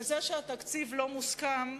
וזה שהתקציב לא מוסכם,